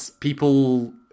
people